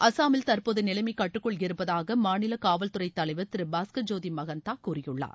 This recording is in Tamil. அசாமில் தற்போது நிலைமை கட்டுக்குள் இருப்பதாக மாநில காவல்துறை தலைவர் திரு பாஸ்கர் ஜோதி மகன்தா கூறியுள்ளார்